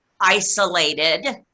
isolated